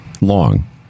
long